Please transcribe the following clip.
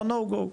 או "no go".